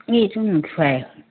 এই এইটো নুঠোৱাই হ'ল